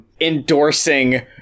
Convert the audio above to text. endorsing